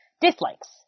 Dislikes